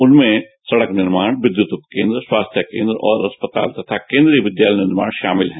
इनमें सड़क निर्माण विद्युत उप केन्द्र स्वास्थ्य केन्द्र और अस्पताल तथा केन्द्रीय विद्यालय शामिल हैं